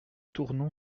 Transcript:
tournon